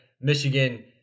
Michigan